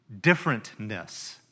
differentness